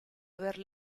aver